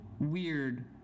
weird